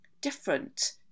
different